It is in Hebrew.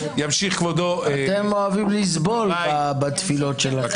אתם אוהבים לסבול בתפילות שלכם.